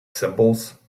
symbols